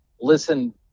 listen